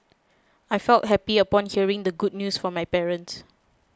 I felt happy upon hearing the good news from my parents